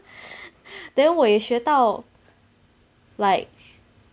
then 我也学到 like